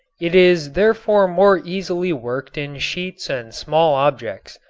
it is therefore more easily worked in sheets and small objects.